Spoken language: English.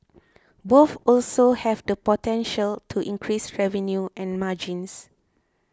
both also have the potential to increase revenue and margins